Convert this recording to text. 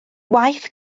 waith